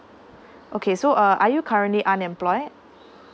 okay so uh are you currently unemployed